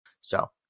So-